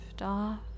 off